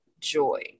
joy